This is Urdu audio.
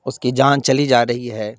اس کی جان چلی جا رہی ہے